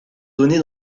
donnée